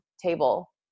table